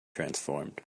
transformed